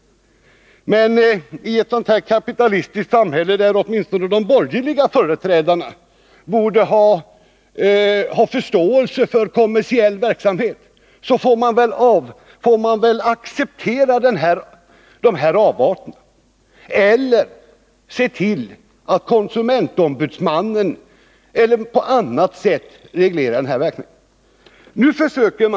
Men i ett sådant här kapitalistiskt samhälle, där åtminstone de borgerliga företrädarna borde ha förståelse för kommersiell verksamhet, får vi väl acceptera de här avarterna eller se till att den här verksamheten regleras av konsumentombudsmannen eller på annat sätt.